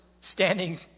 standing